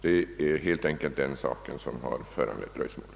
Det är helt enkelt detta som föranlett dröjsmålet.